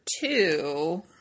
two